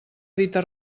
dita